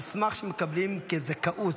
המסמך שמקבלים כזכאות,